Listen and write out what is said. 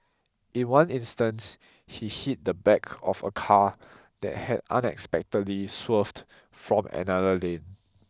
in one instance he hit the back of a car that had unexpectedly swerved from another lane